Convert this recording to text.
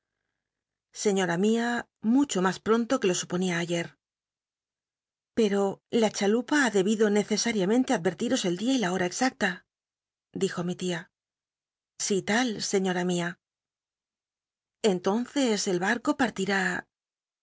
señora mia mucho mas l i'onlo que lo snponia ayer pero la chalupa ha debido neee ariamentc advertiros el dia y la hora exacta elijo mi tia si tal señora mia entonces el bal'co partir